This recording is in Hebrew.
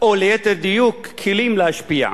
או ליתר דיוק, כלים להשפיע,